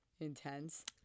intense